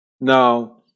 Now